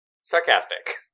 sarcastic